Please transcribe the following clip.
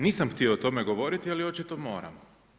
Nisam htio o tome govoriti, ali očito moram.